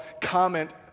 comment